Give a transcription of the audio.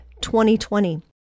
2020